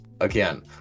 Again